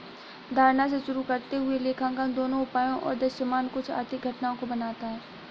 धारणा से शुरू करते हुए लेखांकन दोनों उपायों और दृश्यमान कुछ आर्थिक घटनाओं को बनाता है